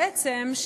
בעצם,